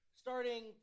starting